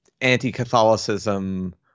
anti-Catholicism